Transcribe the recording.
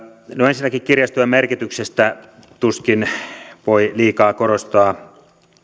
ensinnäkin kirjastojen merkityksestä tuskin voi liikaa korostaa